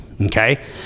Okay